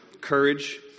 courage